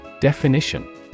Definition